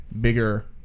bigger